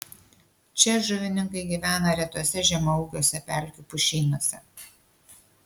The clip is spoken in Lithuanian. čia žuvininkai gyvena retuose žemaūgiuose pelkių pušynuose